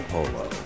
Polo